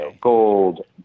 gold